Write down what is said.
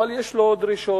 אבל יש לו דרישות,